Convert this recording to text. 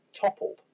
toppled